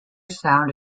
sound